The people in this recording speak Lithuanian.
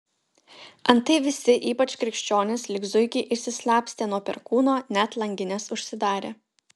antai visi ypač krikščionys lyg zuikiai išsislapstė nuo perkūno net langines užsidarė